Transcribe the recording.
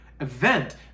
event